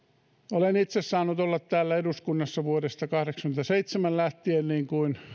olen itse saanut olla täällä eduskunnassa vuodesta kahdeksankymmentäseitsemän lähtien niin kuin